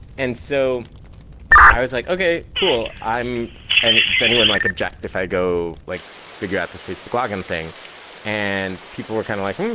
and so i was like, okay, cool. and if anyone like object if i go like figure out this facebook login thing and people were kind of like, um